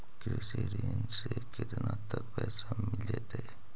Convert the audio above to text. कृषि ऋण से केतना तक पैसा मिल जइतै?